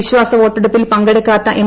വിശ്വാസവോട്ടെടുപ്പിൽ പങ്കെടുക്കാത്ത എം